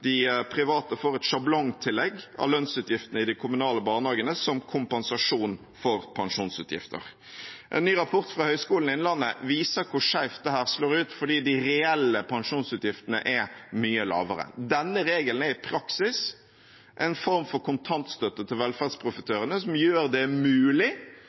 de private får et sjablongtillegg av lønnsutgiftene i de kommunale barnehagene som kompensasjon for pensjonsutgifter. En ny rapport fra Høgskolen i Innlandet viser hvor skeivt dette slår ut, fordi de reelle pensjonsutgiftene er mye lavere. Denne regelen er i praksis en form for kontantstøtte til velferdsprofitørene som gjør det mulig